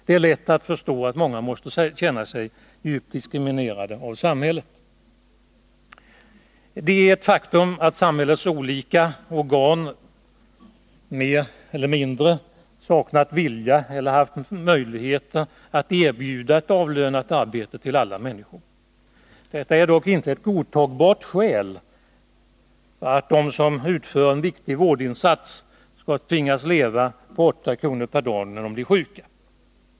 Det är lätt att förstå att många måste känna sig djupt diskriminerade av samhället. Det är ett faktum att samhällets olika organ mer eller mindre saknar vilja eller möjligheter att erbjuda alla människor ett avlönat arbete. Detta är dock inte ett godtagbart skäl för att de som utför en viktig vårdinsats skall tvingas leva på 8 kr. per dag när de blir sjuka.